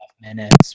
minutes